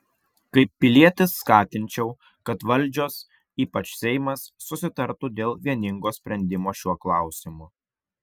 kaip pilietis skatinčiau kad valdžios ypač seimas susitartų dėl vieningo sprendimo šiuo klausimu